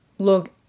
Look